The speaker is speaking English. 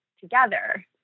together